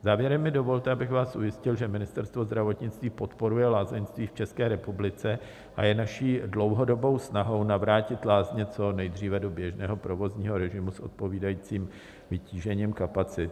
Závěrem mi dovolte, abych vás ujistil, že Ministerstvo zdravotnictví podporuje lázeňství v České republice a je naší dlouhodobou snahou navrátit lázně co nejdříve do běžného provozního režimu s odpovídajícím vytížením kapacit.